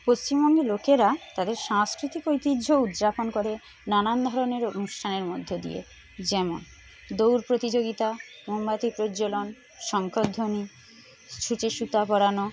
পশ্চিমবঙ্গের লোকেরা তাদের সাংস্কৃতিক ঐতিহ্য উদযাপন করে নানান ধরণের অনুষ্ঠানের মধ্যে দিয়ে যেমন দৌড় প্রতিযোগিতা মোমবাতি প্রজ্বলন শঙ্খধ্বনি সূচে সুতা পরানো